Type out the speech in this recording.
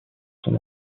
son